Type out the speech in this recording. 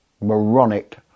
moronic